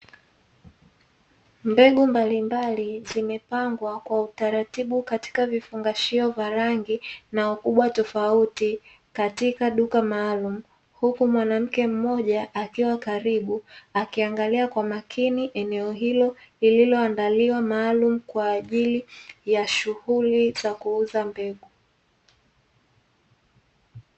Mbegu mbalimbali zimepangwa kwa utaratibu katika vifungashio vya rangi na ukubwa tofauti katika duka maalumu, huku mwanamke mmoja akiwa karibu, akiangalia kwa makini eneo hilo lililoandaliwa maalumu kwa ajili ya shughuli za kuuza mbegu.